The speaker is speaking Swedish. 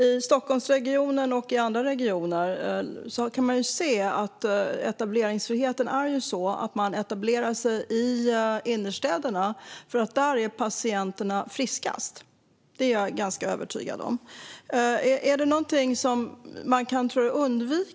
I Stockholmsregionen och andra regioner kan man se att etableringsfriheten innebär att man etablerar sig i innerstäderna, för där är patienterna friskast. Det är jag ganska övertygad om.